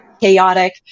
chaotic